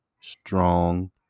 strong